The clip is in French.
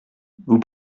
vous